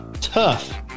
tough